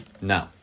No